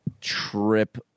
trip